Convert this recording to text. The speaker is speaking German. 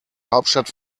hauptstadt